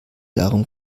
darum